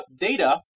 data